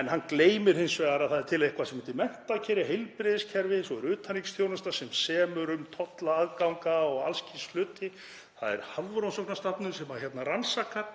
en hann gleymir hins vegar að það er til eitthvað sem heitir menntakerfi, heilbrigðiskerfi. Svo er utanríkisþjónustan sem semur um tolla, aðgang og alls kyns hluti. Það er Hafrannsóknastofnun sem rannsakar.